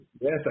Yes